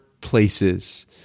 places